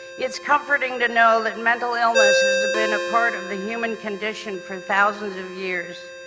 it's comforting to know that mental illness has been a part of the human condition for thousands of years,